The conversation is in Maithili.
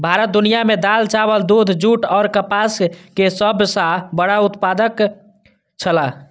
भारत दुनिया में दाल, चावल, दूध, जूट और कपास के सब सॉ बड़ा उत्पादक छला